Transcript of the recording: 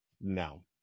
no